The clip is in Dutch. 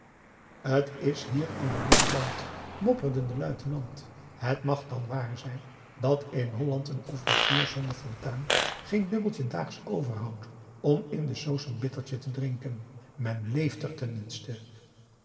t is hier een beroerd land mopperde de luitenant het mag dan waar zijn dat in holland een officier zonder fortuin geen dubbeltje daags overhoudt om in de soos een bittertje te drinken men leeft er